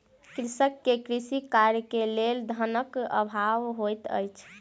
कृषक के कृषि कार्य के लेल धनक अभाव होइत अछि